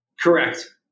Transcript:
Correct